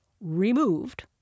removed